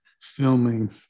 filming